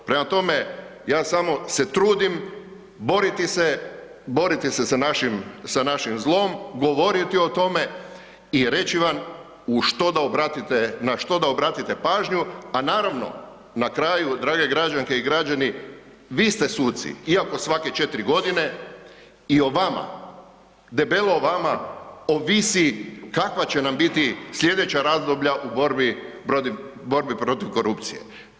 Prema tome, ja samo se trudim boriti se, boriti se našim zlom, govoriti o tome i reći vam u što da obratite, na što da obratite pažnju, a naravno na kraju drage građanke i građani vi ste suci, iako svake 4 godine i o vama, debelo vama ovisi kakva će nam biti slijedeća razdoblja u borbi protiv korupcije.